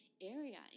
area